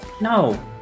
No